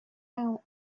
out